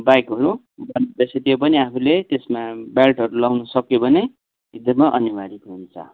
बाइकहरू बनिँदैछ त्यो पनि आफूले त्यसमा बेल्टहरू लाउनु सक्यो भने एकदमै अनिवार्य हुन्छ